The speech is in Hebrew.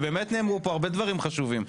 ובאמת, נאמרו פה הרבה דברים חשובים.